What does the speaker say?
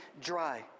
dry